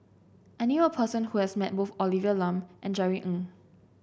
I knew a person who has met both Olivia Lum and Jerry Ng